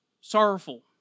sorrowful